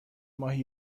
ماهی